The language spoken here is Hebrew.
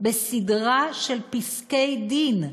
בסדרה של פסקי-דין.